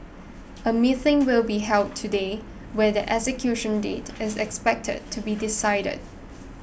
a meeting will be held today where their execution date is expected to be decided